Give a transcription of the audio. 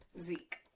Zeke